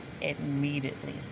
Immediately